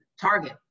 Target